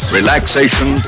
relaxation